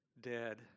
dead